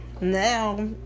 now